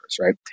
right